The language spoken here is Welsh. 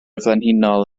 frenhinol